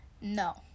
No